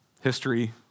history